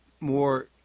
more